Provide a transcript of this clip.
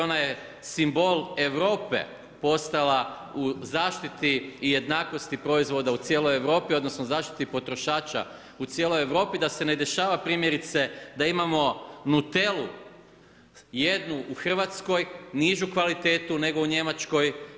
Ona je simbol Europe postala u zaštiti i jednakosti proizvoda u cijeloj Europi, odnosno zaštiti potrošača u cijeloj Europi, da se ne dešava primjerice da imamo Nutelu jednu u Hrvatskoj, nižu kvalitetu nego u Njemačkoj.